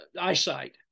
eyesight